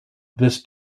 this